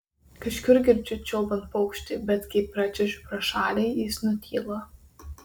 kažkur girdžiu čiulbant paukštį bet kai pračiuožiu pro šalį jis nutyla